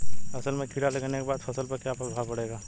असल में कीड़ा लगने के बाद फसल पर क्या प्रभाव पड़ेगा?